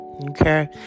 Okay